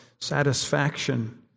satisfaction